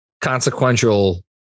consequential